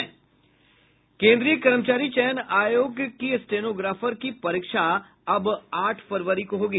केन्द्रीय कर्मचारी चयन आयोग की स्टेनोग्राफर की परीक्षा अब आठ फरवरी को होगी